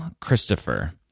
Christopher